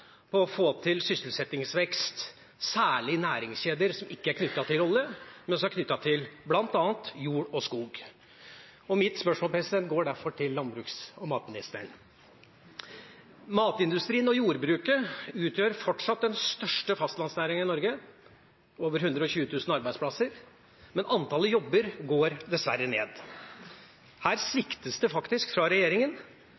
på å få til sysselsettingsvekst, særlig i næringskjeder som ikke er knyttet til olje, men som er knyttet til bl.a. jord og skog. Mitt spørsmål, president, går derfor til landbruks- og matministeren. Matindustrien og jordbruket utgjør fortsatt den største fastlandsnæringen i Norge, med over 120 000 arbeidsplasser, men antallet jobber går dessverre ned. Her